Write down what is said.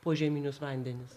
požeminius vandenis